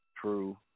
true